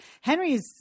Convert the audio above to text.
Henry's